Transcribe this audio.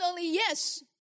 yes